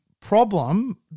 problem